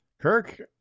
Kirk